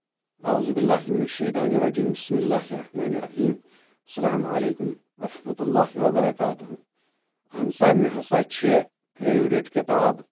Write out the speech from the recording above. أَعُوذُ بِاللَّهِ مِنَ الشَّيْطَانِ الرَّجِيمِ بِسْمِ ٱللَّٰهِ ٱلرَّحْمَٰنِ ٱلرَّحِيمِ اسلام علیکُم ورحمة الله وبركاته اَہنسا مےٚ ہسا چھِ فیورِٹ کِتاب